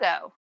go